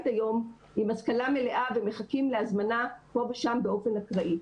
היום ומחכים להזמנה פה ושם באופן אקראי.